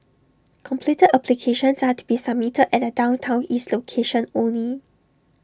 completed applications are to be submitted at the downtown east location only